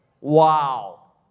Wow